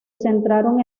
centraron